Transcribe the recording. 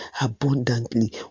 abundantly